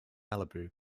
malibu